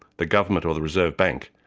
the government or the reserve bank,